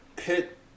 hit